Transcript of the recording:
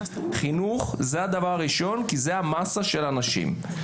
חינוך זה הדבר הראשון, כי זה המאסה של אנשים.